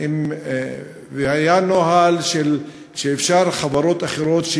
והיה נוהל שאפשר לחברות אחרות,